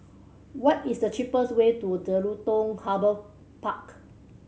what is the cheapest way to Jelutung Harbour Park